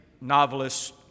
novelist